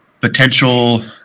potential